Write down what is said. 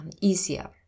easier